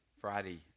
Friday